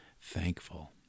thankful